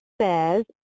says